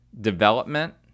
development